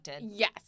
Yes